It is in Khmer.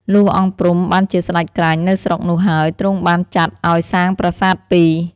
លុះ អង្គព្រំ បានជាសេ្តចក្រាញ់ នៅស្រុកនោះហើយទ្រង់បានចាត់ឲ្យសាងប្រាសាទពីរ។